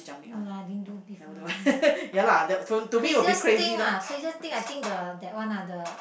no lah didn't do before lah craziest thing ah craziest thing I think the that one ah the